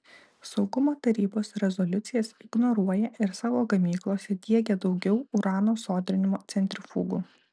saugumo tarybos rezoliucijas ignoruoja ir savo gamyklose diegia daugiau urano sodrinimo centrifugų